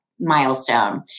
milestone